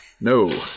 No